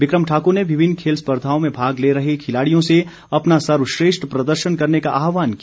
बिक्रम ठाकुर ने विभिन्न खेल स्पर्धाओं में भाग ले रहे खिलाड़ियों से अपना सर्वश्रेष्ठ प्रदर्शन करने का आहवान किया